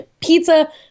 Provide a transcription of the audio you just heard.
pizza